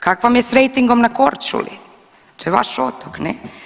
Kak vam je s rejtingom na Korčuli, to je vaš otok, ne?